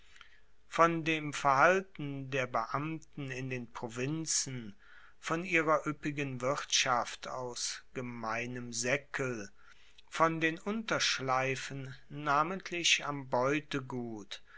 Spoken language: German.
von dem verhalten der beamten in den provinzen von ihrer ueppigen wirtschaft aus gemeinem saeckel von den unterschleifen namentlich am beutegut